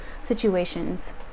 situations